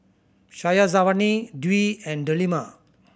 Syazwani Dwi and Delima